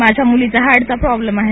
माझ्या मुलीचा हार्टचा प्रोब्लेम आहे